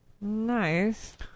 Nice